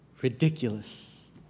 ridiculous